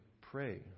pray